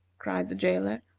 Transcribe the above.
cried the jailor.